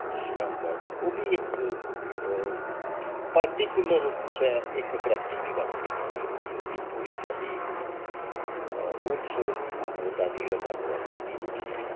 जिसलै होंदा ऐ ते ओह् बी इक पर्टिकुलर कुसै इक करैक्टर दी गल्ल नीं होआ दी होंदी ओह् बी पूरी चाल्ली होल्सहोल मानवता दी गै गल्ल होआ करदी होंदी ऐ